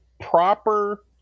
proper